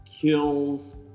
kills